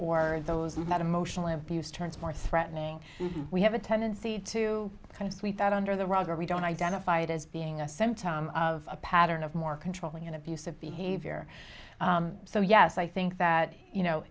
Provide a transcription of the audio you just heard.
or those that emotional abuse turns more threatening we have a tendency to kind of sweep that under the rug or we don't identify it as being a symptom of a pattern of more controlling and abusive behavior so yes i think that you know